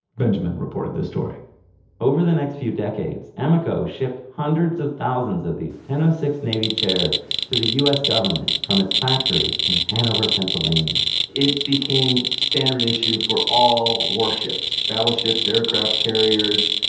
benjamin reported this story over the next few decades emeco shipped hundreds of thousands of these ten ah six navy chairs to the us government from its factory in hanover, pennsylvania it became standard issue for all warships, battleships, aircraft carriers,